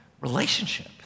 relationship